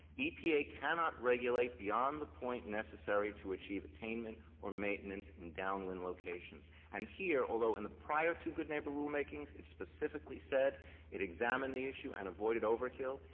epa cannot regulate beyond the point necessary to achieve attainment or maintenance in downwind locations. and here, although in the prior two good neighbor rulemakings, it specifically said it examined the issue and avoided overkill.